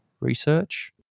research